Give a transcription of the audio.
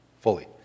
fully